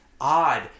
odd